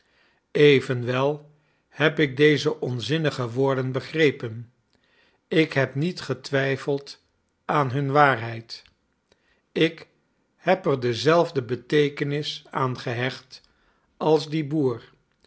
evenwel heb ik deze onzinnige woorden begrepen ik heb niet getwijfeld aan hun waarheid ik heb er dezelfde beteekenis aan gehecht als die boer